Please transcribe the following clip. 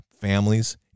families